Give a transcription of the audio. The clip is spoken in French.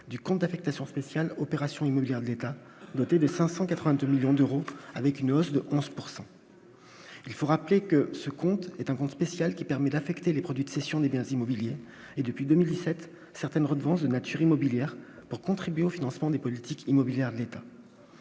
du compte d'affectation spéciale opérations immobilières de l'État, doté de 582 millions d'euros avec une hausse de 11 pourcent il faut rappeler que ce compte est un compte spécial qui permet d'affecter les produits de cession des biens immobiliers et depuis 2017 certaines redevances de nature immobilière pour contribuer au financement des politiques avec la